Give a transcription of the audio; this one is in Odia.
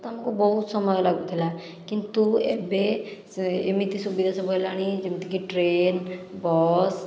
ତ ଆମକୁ ବହୁତ ସମୟ ଲାଗୁଥିଲା କିନ୍ତୁ ଏବେ ସେ ଏମିତି ସୁବିଧା ସବୁ ହେଲାଣି ଯେମିତିକି ଟ୍ରେନ ବସ୍